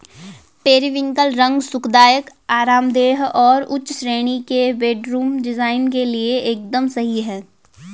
periwinkle रंग सुखदायक, आरामदेह और उच्च श्रेणी के बेडरूम डिजाइन के लिए एकदम सही है